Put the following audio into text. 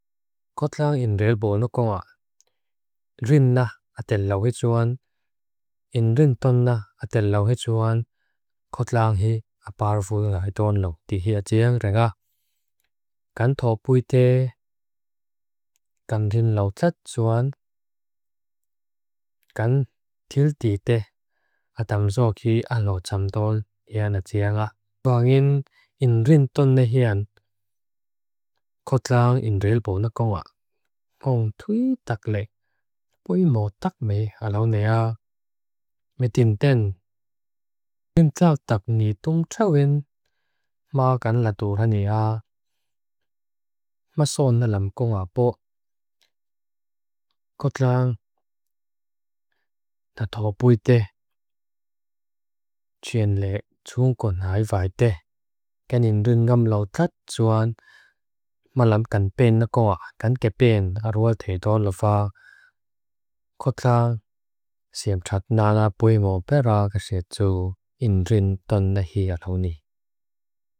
Kotlâng inrelbo nukonga. Rinna atel lauhetsuan. Inrintonna atel lauhetsuan. Kotlâng hi aparafulna hitono di hia tseang renga. Gan thobuite. Gan rinlautsat suan. Gan tildite. Atamzokhi alotsamtol hia na tseanga. Bangin inrintonne hian. Kotlâng inrelbo nukonga. Kong tui taklek. Pui modakme alaunea. Medimden. Imtao takni tong chawen. Maakan laduranea. Maso nalamkonga po. Kotlâng. Nathobuite. Tsuenlek tunggon hai faite. Gan inrintonna lauhetsuan. Malam ganben nukonga. Gan geben. Arua teyton laufa. Kotlâng. Siamchad nana pui mo pera. Kasetsu. Inrintonna hi alaunea.